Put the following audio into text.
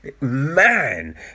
Man